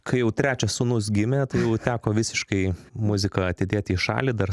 kai jau trečias sūnus gimė jau teko visiškai muziką atidėti į šalį dar